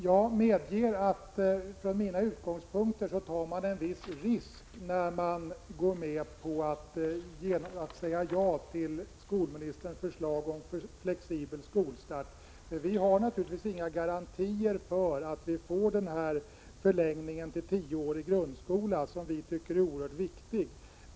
Jag medger att från mina utgångspunkter tar man en viss risk, när man går med på att säga ja till skolministerns förslag om flexibel skolstart, för vi har naturligtvis inga garantier för att vi får den förlängning till tioårig grundskola som vi tycker är oerhört viktig.